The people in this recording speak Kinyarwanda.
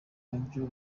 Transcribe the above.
nabyo